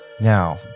Now